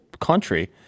country